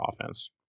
offense